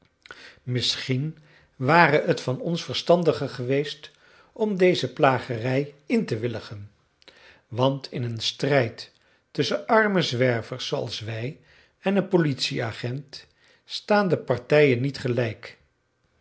misschien ware het van ons verstandiger geweest om deze plagerij in te willigen want in een strijd tusschen arme zwervers zooals wij en een politieagent staan de partijen niet gelijk